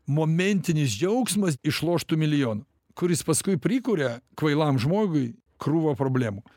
momentinis džiaugsmas išloštu milijonu kuris paskui prikuria kvailam žmogui krūvą problemų